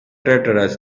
traitorous